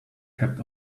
kept